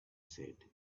said